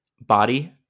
body